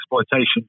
exploitation